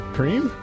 Cream